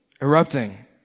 erupting